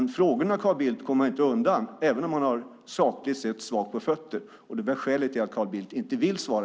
Carl Bildt kommer inte undan frågorna, även om han sakligt sett har ordentligt på fötterna. Skälet är att Carl Bildt helt enkelt inte vill svara.